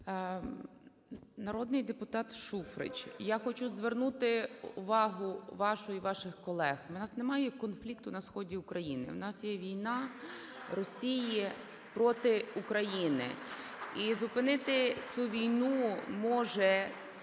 Народний депутат Шуфрич, я хочу звернути увагу вашу і ваших колег. У нас немає конфлікту на сході України, у нас є війна Росії проти України. І зупинити цю війну може